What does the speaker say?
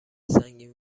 سنگین